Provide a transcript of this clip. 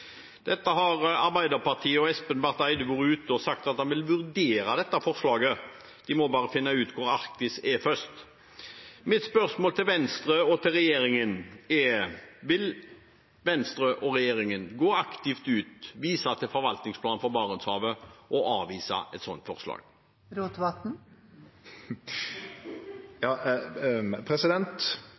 dette forslaget. De må først bare finne ut hvor Arktis er. Mitt spørsmål til Venstre og til regjeringen er: Vil Venstre og regjeringen gå aktivt ut, vise til forvaltningsplanen for Barentshavet og avvise et slikt forslag? Eg trur for det første vi får leggje til grunn at Joe Biden vert president